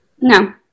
No